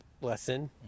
Lesson